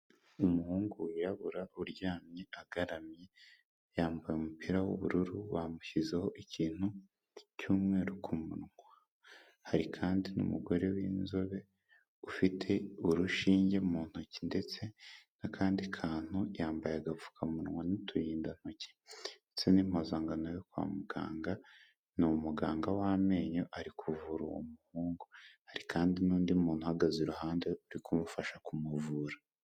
Umuhungu wirabura uryamye agaramye yambaye umupira w'ubururu bamushyizeho ikintu cy'umweru ku munwa. Hari kandi n'umugore w'inzobe ufite urushinge mu ntoki ndetse n'akandi kantu, yambaye agapfukamunwa n'uturindantoki, ndetse n'impuzangano yo kwa muganga. Ni umuganga w'amenyo arikuvura uwo muhungu. Hari kandi n'undi muntu ahahagaze iruhande urikumufasha kumuvura.